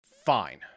Fine